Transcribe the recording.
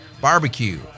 barbecue